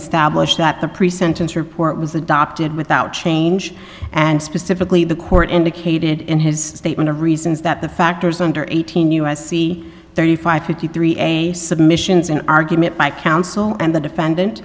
established that the pre sentence report was adopted without change and specifically the court indicated in his statement of reasons that the factors under eighteen us c thirty five fifty three a submissions an argument by counsel and the defendant